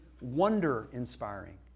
wonder-inspiring